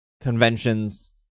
conventions